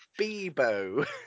Bebo